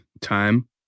time